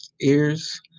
ears